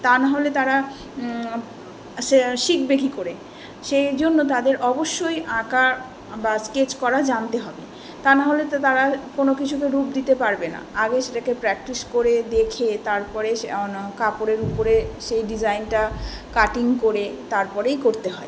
তা নাহলে তারা সে শিখবে কী করে সে জন্য তাদের অবশ্যই আঁকা বা স্কেচ করা জানতে হবে তা নাহলে তো তারা কোনো কিছুতে রূপ দিতে পারবে না আগে সেটাকে প্র্যাক্টিস করে দেখে তারপরে সে অন্য কাপড়ের উপরে সেই ডিজাইনটা কাটিং করে তারপরেই করতে হয়